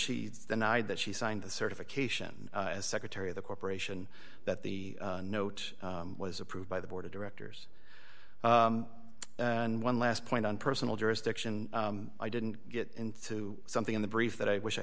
she denied that she signed the certification as secretary of the corporation that the note was approved by the board of directors and one last point on personal jurisdiction i didn't get into something in the brief that i wish i